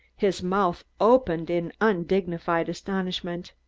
his mouth opened in undignified astonishment.